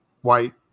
white